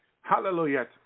Hallelujah